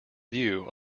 view